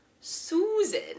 Susan